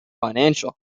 financial